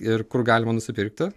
ir kur galima nusipirkti